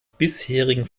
bisherigen